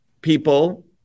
people